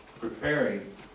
preparing